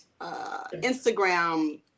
Instagram